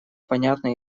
понятно